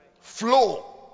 Flow